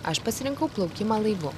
aš pasirinkau plaukimą laivu